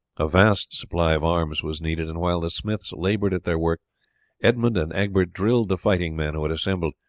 a vast supply of arms was needed, and while the smiths laboured at their work edmund and egbert drilled the fighting men who had assembled,